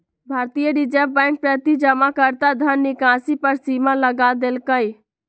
भारतीय Reserve Bank प्रति जमाकर्ता धन निकासी पर सीमा लगा देलकइ